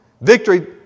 Victory